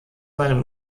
seine